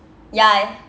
ya